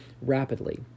rapidly